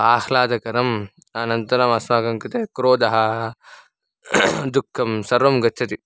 आह्लादकरम् अनन्तरम् अस्माकं कृते क्रोधः दुःखं सर्वं गच्छति